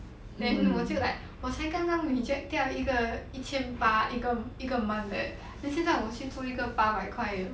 then 我就 like 我才刚刚 reject 掉一个一千八一个一个 month leh then 现在去做一个八百块而已哦